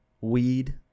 weed